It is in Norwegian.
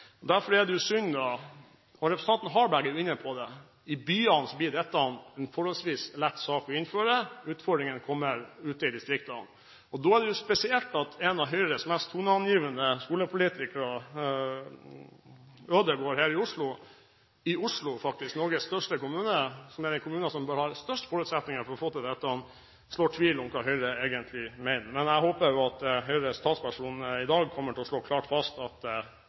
Derfor er det synd – og representanten Harberg er inne på det – at dette blir en forholdsvis lett sak å innføre i byene. Utfordringene kommer ute i distriktene. Da er det spesielt at en av Høyres mest toneangivende skolepolitikere, Ødegaard her i Oslo – i Oslo, som faktisk er Norges største kommune, en av de kommunene som har størst forutsetning for å få til dette – sår tvil om hva Høyre egentlig mener. Men jeg håper at Høyres talspersoner her i dag kommer til å slå klart fast at